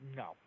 no